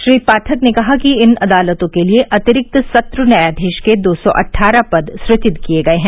श्री पाठक ने कहा कि इन अदालतों के लिए अतिरिक्त सत्र न्यायाधीश के दो सौ अठारह पद सृजित किए गए हैं